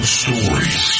stories